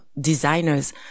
designers